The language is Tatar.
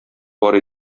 бар